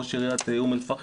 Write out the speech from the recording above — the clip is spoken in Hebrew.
ראש עיריית אום אל פאחם,